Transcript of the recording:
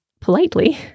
politely